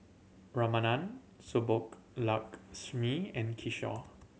Ramanand Subbulakshmi and Kishore